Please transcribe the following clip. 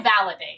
validate